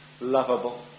lovable